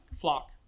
flock